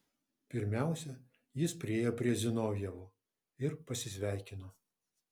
pirmiausia jis priėjo prie zinovjevo ir pasisveikino